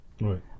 Right